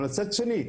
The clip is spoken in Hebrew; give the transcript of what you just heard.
אבל מצד שני,